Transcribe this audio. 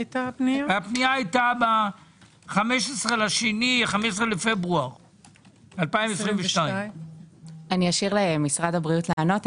הפנייה הייתה ב-15 בפברואר 2022. אשאיר למשרד הבריאות לענות.